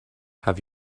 have